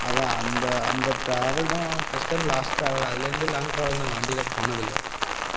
அதான் அந்த அந்த ட்ராவல் தான் ஃபஸ்ட் அண்ட் லாஸ்ட் ட்ராவல் அதுலேருந்து லாங் ட்ராவல் நாங்கள் வண்டியில் போனதில்லை